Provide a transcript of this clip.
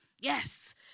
Yes